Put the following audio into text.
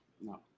No